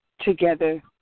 together